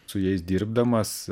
su jais dirbdamas